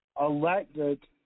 elected